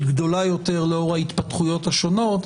גדולה יותר לאור ההתפתחויות השונות,